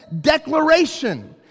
declaration